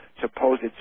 supposed